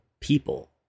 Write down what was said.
people